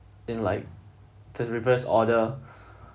in like the reverse order